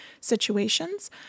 situations